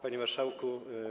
Panie Marszałku!